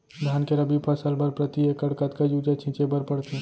धान के रबि फसल बर प्रति एकड़ कतका यूरिया छिंचे बर पड़थे?